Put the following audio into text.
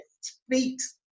speaks